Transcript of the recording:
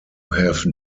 have